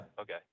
Okay